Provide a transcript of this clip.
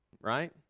Right